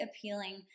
appealing